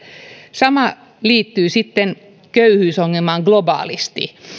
sama liittyy sitten köyhyysongelmaan globaalisti